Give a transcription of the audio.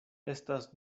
estas